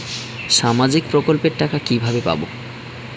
সামাজিক প্রকল্পের টাকা কিভাবে পাব?